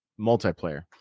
Multiplayer